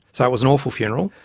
so it was an awful funeral.